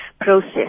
process